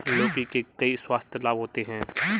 लौकी के कई स्वास्थ्य लाभ होते हैं